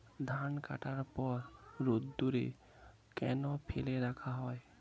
ধান কাটার পর রোদ্দুরে কেন ফেলে রাখা হয়?